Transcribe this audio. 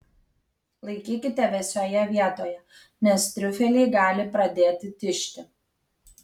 laikykite vėsioje vietoje nes triufeliai gali pradėti tižti